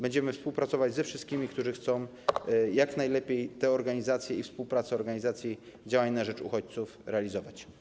Będziemy współpracować ze wszystkimi, którzy chcą jak najlepiej tę współpracę w ramach organizacji działań na rzecz uchodźców realizować.